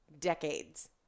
decades